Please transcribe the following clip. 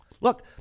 Look